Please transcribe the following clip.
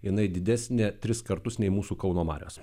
jinai didesnė tris kartus nei mūsų kauno marios